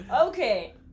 Okay